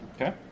Okay